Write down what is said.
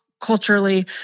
culturally